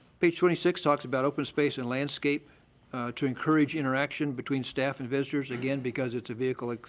page twenty six talks about open space and landscape to encourage interaction between staff and visitors. again because it's a vehicle